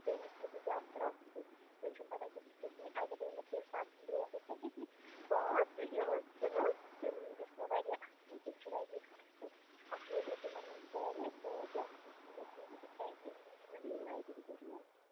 تٔمِس ہیوٚت مےٚ بیٛاکھ فِراکھ سوٗٹ وۄنۍ چھُنہٕ پَتہٕ کیٚنٛہہ سُہ کٮُ۪تھ نیرِ اَلبتہٕ یِم مےٚ تَمہِ پَتہٕ برٛونٛٹھ ٲسۍ نا ہٚیٚتۍمٕتۍ پانٛژھ یہِ زٕ تِم ٲسۍ مےٚ واریاہ اَصٕل تِم چھِ واریاہ اَصٕل اکھ لوگ مےٚ تِمو منٛز گرِ تہٕ بیٛاکھ چھُ مےٚ تھوٚومُت وُنہِ یِتھے کٔنۍ مےٚ دوٚپ یہِ لَگہِ اور یور